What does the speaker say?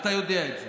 ואתה יודע את זה.